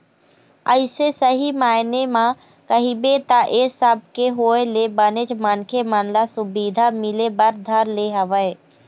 अइसे सही मायने म कहिबे त ऐ सब के होय ले बनेच मनखे मन ल सुबिधा मिले बर धर ले हवय